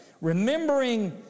remembering